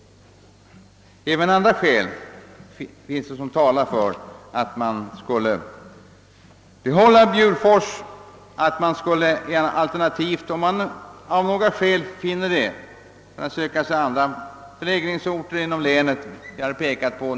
Även andra skäl talar för att man skulle behålla Bjurfors—Avesta eller alternativt, om man skulle finna det lämpligare, söka sig annan förläggningsort inom länet.